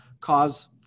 cause